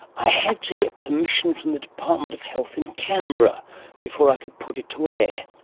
i had to get permission from the department of health in canberra before i could put it to air.